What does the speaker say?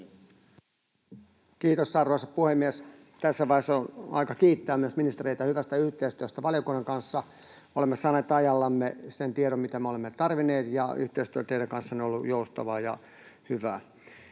Kiitos, arvoisa puhemies! Tässä vaiheessa on aika kiittää myös ministereitä hyvästä yhteistyöstä valiokunnan kanssa. Olemme saaneet ajallamme sen tiedon, mitä me olemme tarvinneet, ja yhteistyö teidän kanssanne on ollut joustavaa ja hyvää.